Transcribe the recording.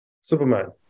Superman